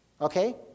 Okay